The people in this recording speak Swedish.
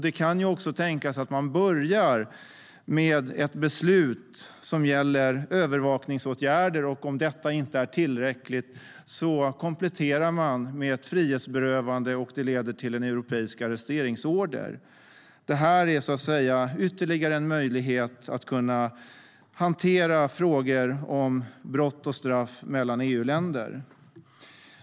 Det kan också tänkas att man börjar med ett beslut som gäller övervakningsåtgärder. Om det inte är tillräckligt kompletterar man med ett frihetsberövande som leder till en europeisk arresteringsorder. Det här är också en ytterligare möjlighet att hantera frågor om brott och straff mellan EU-länder.